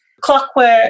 clockwork